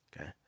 Okay